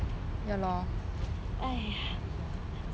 !aiya!